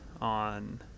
on